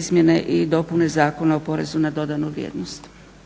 izmjene i dopune Zakona o porezu na dodanu vrijednost.